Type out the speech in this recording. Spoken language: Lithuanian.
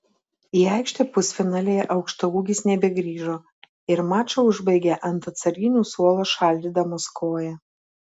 į aikštę pusfinalyje aukštaūgis nebegrįžo ir mačą užbaigė ant atsarginių suolo šaldydamas koją